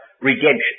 redemption